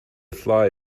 fly